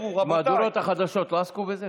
אולי עשית טעות שהסתמכת על הצעת החוק הקודמת,